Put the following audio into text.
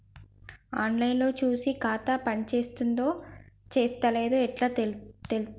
On line లో చూసి ఖాతా పనిచేత్తందో చేత్తలేదో ఎట్లా తెలుత్తది?